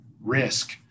risk